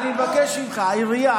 אני מבקש ממך, העירייה.